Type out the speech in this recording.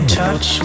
touch